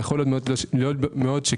ייתכן.